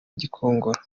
gikongoro